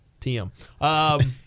TM